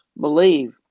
believe